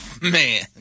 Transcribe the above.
Man